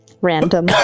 Random